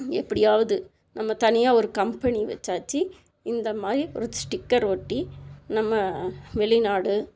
எப்படியாவது நம்ம தனியாக் ஒரு கம்பெனி வச்சாச்சு இந்தமாதிரி ஒரு ஸ்டிக்கர் ஒட்டி நம்ம வெளிநாடு